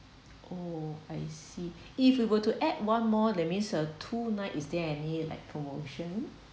oh I see if you were to add one more that means uh two night is there any like promotion